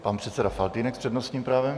Pan předseda Faltýnek s přednostním právem.